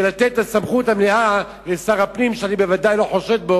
ולתת את הסמכות המלאה לשר הפנים שאני בוודאי לא חושד בו